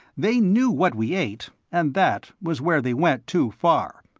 they knew what we ate, and that was where they went too far.